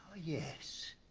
yes.